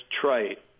trite